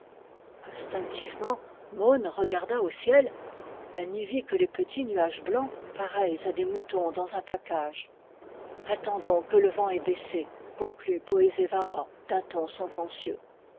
instinctivement môn regarda au ciel elle n'y vit que les petits nuages blancs pareils à des moutons dans un pacage attendons que le vent ait baissé conclut poézévara d'un ton sentencieux